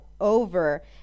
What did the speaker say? over